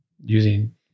using